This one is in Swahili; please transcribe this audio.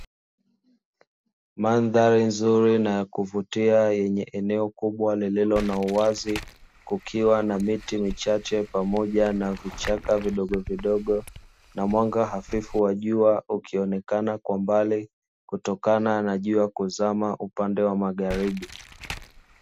Mandhari nzuri na ya kuvutia yenye eneo kubwa lililo na uwazi kukiwa na miti michache pamoja na vichaka vidogovidogo, na mwanga hafifu wa jua ukionekana kwa mbali kutokana na jua kuzama upande wa magharibi.